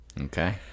Okay